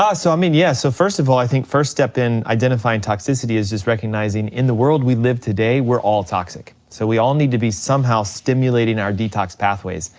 so i mean yeah, so first of all, i think first step in identifying toxicity is just recognizing in the world we live today, we're all toxic, so we all need to be somehow stimulating our detox pathways.